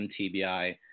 MTBI